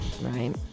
right